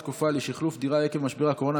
הארכת התקופה לשחלוף דירה עקב משבר הקורונה),